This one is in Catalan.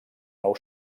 nou